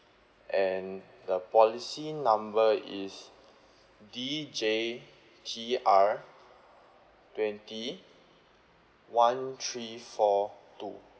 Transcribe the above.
and the policy number is D J T R twenty one three four two